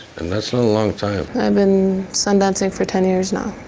and that's not a long time. i've been sun dancing for ten years now.